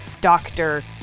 doctor